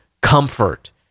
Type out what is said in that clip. comfort